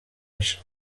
much